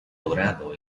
dorado